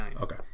Okay